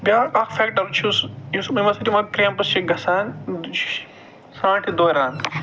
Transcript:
بٮ۪اکھ اکھ فٮ۪کٹر چھُس مےٚ باسان تِم کریٚمپٕس چھِ گژھان سرٛانٹھِ دوران